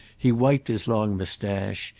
he wiped his long moustache,